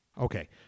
Okay